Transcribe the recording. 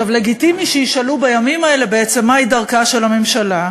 לגיטימי שישאלו בימים האלה מהי בעצם דרכה של הממשלה,